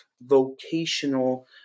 vocational